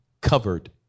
covered